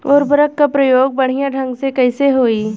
उर्वरक क प्रयोग बढ़िया ढंग से कईसे होई?